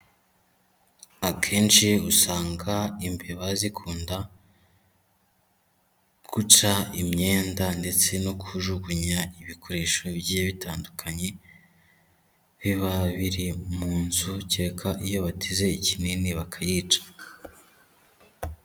Akenshi usanga imbeba zikunda guca imyenda ndetse no kujugunya ibikoresho bigiye bitandukanye biba biri mu nzu kereka iyo bateze ikinini bakayica.